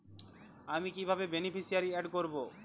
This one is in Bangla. আমি কিভাবে বেনিফিসিয়ারি অ্যাড করব?